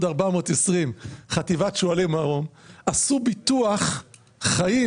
420 של חטיבת שועלי מרום עשו ביטוח חיים